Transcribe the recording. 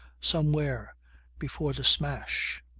somewhere before the smash.